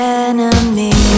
enemy